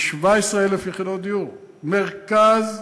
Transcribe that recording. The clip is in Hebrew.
כ-17,000 יחידות דיור, מרכז הארץ,